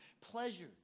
pleasure